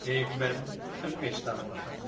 ik ben een misdadiger